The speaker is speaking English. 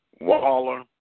Waller